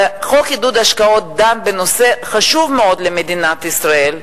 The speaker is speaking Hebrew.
חוק עידוד השקעות דן בנושא חשוב מאוד למדינת ישראל,